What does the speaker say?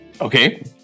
okay